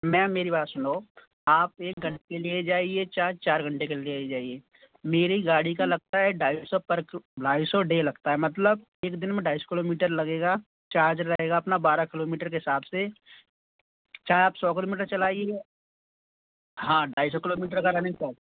ma'am मेरी बात सुनो आप एक घन के लिए जाइए चाहे चार घंटे के लिए जाइए मेरी गाड़ी का लगता है ढाई सौ पर किलो ढाई सौ डे लगता है मतलब एक दिन में ढाई सौ किलोमीटर लगेगा चार्ज रहेगा अपना बारह किलोमीटर के हिसाब से चाहे आप सौ किलोमीटर चलाइए हाँ ढाई सौ किलोमीटर का रनिंग टॉप